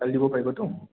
কালি দিব পাৰিবটো